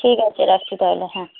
ঠিক আছে রাখছি তাহলে হ্যাঁ